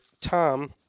Tom